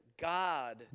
God